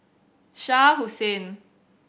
Shah Hussain